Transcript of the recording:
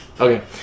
Okay